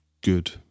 good